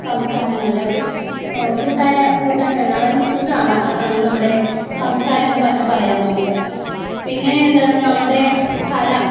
സംസ്കാരങ്ങളുടെ ഒരു കൂട്ടായ കൂട്ടായ്മയാണ് അതായത് മിശ്രിതാണ് നമ്മുടെ സംസ്കാരമെന്ന് പറയാം നമുക്ക് പിന്നെ എന്താണ് നമ്മളുടെ കല